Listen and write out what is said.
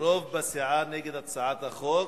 רוב בסיעה נגד הצעת החוק,